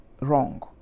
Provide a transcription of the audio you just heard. wrong